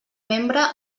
membre